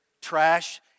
trash